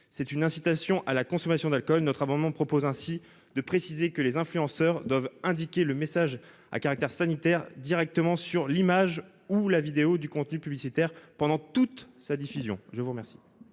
c'est une incitation à la consommation d'alcool notre amendement propose ainsi de préciser que les influenceurs doivent indiquer le message à caractère sanitaire directement sur l'image ou la vidéo du contenu publicitaire pendant toute sa diffusion. Je vous remercie.